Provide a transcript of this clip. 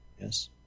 Yes